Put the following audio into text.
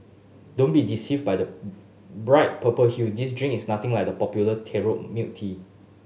don't be deceived by the bright purple hue this drink is nothing like the popular taro milk tea